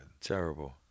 Terrible